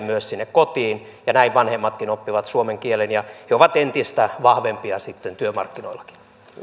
myös sinne kotiin ja näin vanhemmatkin oppivat suomen kielen ja he ovat entistä vahvempia sitten työmarkkinoillakin